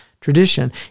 tradition